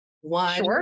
One